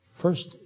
First